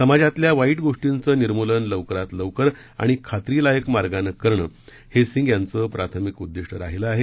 समाजातल्या वाईट गोष्टीचं निमूलन लवकरात लवकर आणि खात्रीदायक मार्गाने करणं हे सिंग यांचं प्राथमिक उद्दिष्ट राहिलं आहे